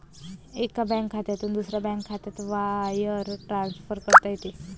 एका बँक खात्यातून दुसऱ्या बँक खात्यात वायर ट्रान्सफर करता येते